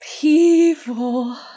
People